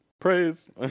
Praise